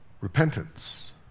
repentance